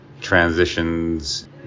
transitions